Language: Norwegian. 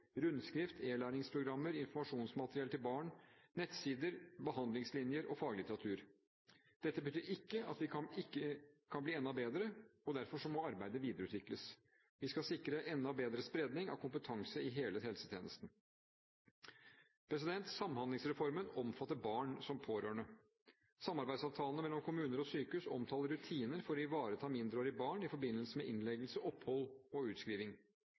rundskriv, e-læringsprogrammer, informasjonsmateriell til barn, nettsider, behandlingslinjer og faglitteratur. Dette betyr ikke at vi ikke kan bli enda bedre, og derfor må arbeidet videreutvikles. Vi skal sikre enda bedre spredning av kompetanse i hele helsetjenesten. Samhandlingsreformen omfatter barn som pårørende. Samarbeidsavtalene mellom kommuner og sykehus omtaler rutiner for å ivareta mindreårige barn i forbindelse med innleggelse, opphold og